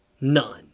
None